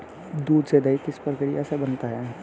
दूध से दही किस प्रक्रिया से बनता है?